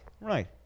right